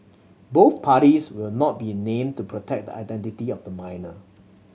both parties will not be named to protect the identity of the minor